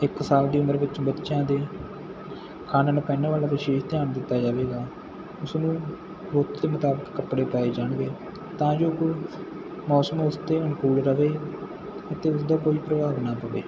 ਇੱਕ ਸਾਲ ਦੀ ਉਮਰ ਵਿੱਚ ਬੱਚਿਆਂ ਦੀ ਖਾਨਣ ਵਾਲੇ ਵਿਸ਼ੇਸ਼ ਧਿਆਨ ਦਿੱਤਾ ਜਾਵੇਗਾ ਸੋ ਉਥੇ ਮੁਤਾਬਿਕ ਕੱਪੜੇ ਪਾਏ ਜਾਣਗੇ ਤਾਂ ਜੋ ਮੌਸਮ ਉਸਦੇ ਕੋਈ